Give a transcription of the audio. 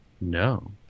No